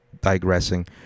digressing